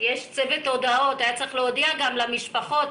יש צוות הודעות שהיה צריך להודיע למשפחות,